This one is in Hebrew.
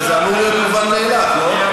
זה אמור להיות מובן מאליו, לא?